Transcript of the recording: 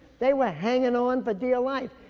the were hanging on for dear life.